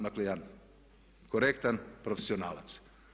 Dakle, jedan korektan profesionalac.